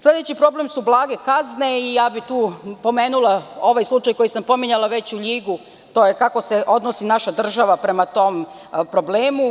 Sledeći problem su blage kazne i tu bih pomenula ovaj slučaj koji sam već pominjala, u Ljigu, a to je kako se odnosi naša država prema tom problemu.